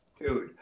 Dude